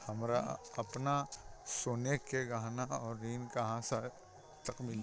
हमरा अपन सोने के गहना पर ऋण कहां मिल सकता?